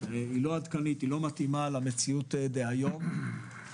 לא עדכנית ולא מתאימה למציאות של היום.